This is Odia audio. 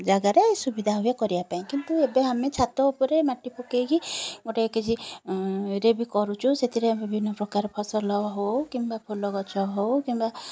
ଜାଗାରେ ସୁବିଧା ହୁଏ କରିବା ପାଇଁ କିନ୍ତୁ ଏବେ ଆମେ ଛାତ ଉପରେ ମାଟି ପକେଇକି ଗୋଟେ କିଛି ରେ ବି କରୁଛୁ ସେଥିରେ ବିଭିନ୍ନ ପ୍ରକାର ଫସଲ ହେଉ କିମ୍ବା ଫୁଲଗଛ ହେଉ କିମ୍ବା